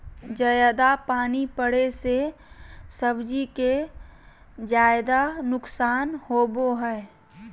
जयादा पानी पड़े से सब्जी के ज्यादा नुकसान होबो हइ